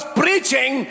preaching